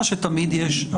מה שתמיד יש,